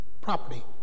property